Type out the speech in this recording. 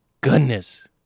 goodness